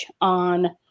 on